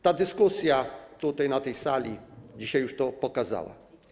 Ta dyskusja tutaj, na tej sali, dzisiaj już to pokazała.